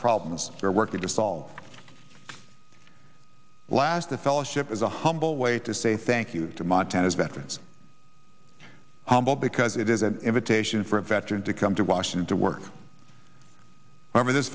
problems you're working to solve last the fellowship is a humble way to say thank you to montana's veterans humble because it is an invitation for a veteran to come to washington to work